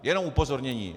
Jenom upozornění.